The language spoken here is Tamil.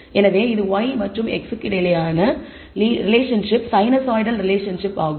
எனவே இது y மற்றும் x க்கு இடையிலான ரிலேஷன்ஷிப் சைனூசாய்டல் ரிலேஷன்ஷிப் ஆகும்